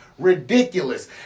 ridiculous